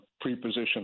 pre-position